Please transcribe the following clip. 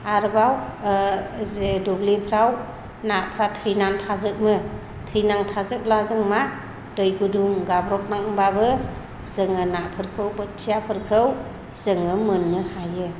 आरोबाव जे दुब्लिफ्राव नाफ्रा थैनानै थाजोबनो थैनानै थाजोबब्ला जों मा दै गुदुं गाब्रबनानैब्लाबो जोङो नाफोरखौ बोथियाफोरखौ जोङो मोननो हायो